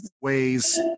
ways